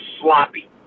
sloppy